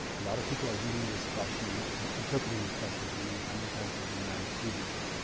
a lot of people are reading this question and interpreting this question to mean how many times have been married previously?